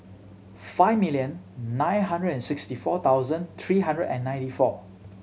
five million nine hundred and sixty four thousand three hundred and ninety four